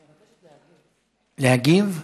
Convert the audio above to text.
להגיב?